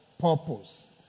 purpose